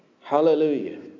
Hallelujah